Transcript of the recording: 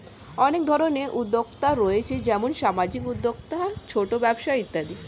অনেক ধরনের উদ্যোক্তা রয়েছে যেমন সামাজিক উদ্যোক্তা, ছোট ব্যবসা ইত্যাদি